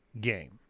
game